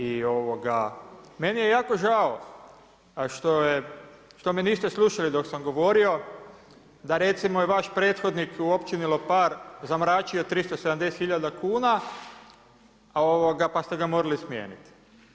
I meni je jako žao što me niste slušali dok sam govorio da recimo je vaš prethodnik u općini Lopar zamračio 370 hiljada kuna pa ste ga morali smijeniti.